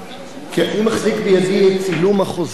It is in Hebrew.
אני מחזיק בידי את צילום החוזה,